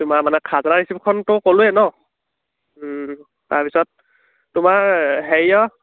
তোমাৰ মানে খাজানা ৰিচিপখনটো ক'লোৱেই ন তাৰ পিছত তোমাৰ হেৰিয়ৰ